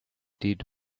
did